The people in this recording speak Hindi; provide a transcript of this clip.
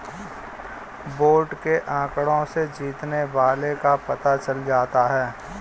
वोट के आंकड़ों से जीतने वाले का पता चल जाता है